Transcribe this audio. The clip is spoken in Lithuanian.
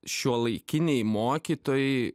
šiuolaikiniai mokytojai